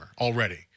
already